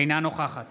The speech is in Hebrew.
אינה נוכחת